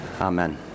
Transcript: Amen